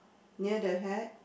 near the hat